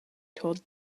told